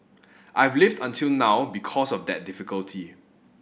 I've lived until now because of that difficulty